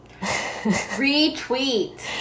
Retweet